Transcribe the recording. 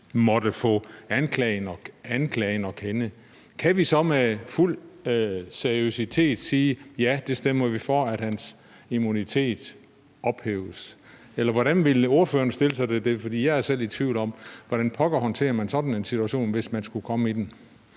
til anklagen, kunne vi så med fuld seriøsitet sige: Ja, vi stemmer for, at hans immunitet ophæves? Eller hvordan ville ordføreren stille sig til det? For jeg er selv i tvivl om, hvordan pokker man håndterer sådan en situation, hvis man skulle komme i den.